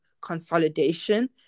consolidation